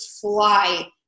fly